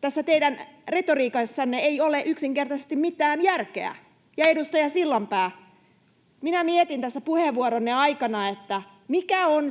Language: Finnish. Tässä teidän retoriikassanne ei ole yksinkertaisesti mitään järkeä. Ja, edustaja Sillanpää, minä mietin tässä puheenvuoronne aikana, mikä on